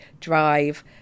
drive